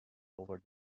over